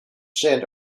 send